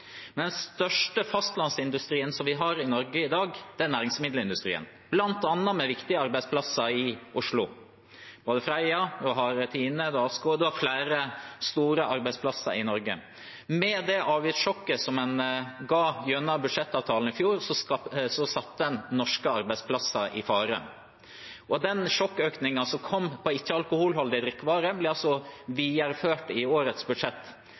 den største fastlandsindustrien vi har i Norge i dag, er næringsmiddelindustrien, bl.a. med viktige arbeidsplasser i Oslo. Vi har Freia, Tine og ASKO – vi har flere store arbeidsplasser i Norge. Med det avgiftssjokket som en ga gjennom budsjettavtalen i fjor, satte en norske arbeidsplasser i fare. Og den sjokkøkningen som kom på ikke-alkoholholdige drikkevarer, ble altså videreført i årets budsjett.